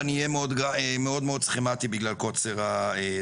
ואני אהיה מאוד סכמתי בגלל קוצר הזמן.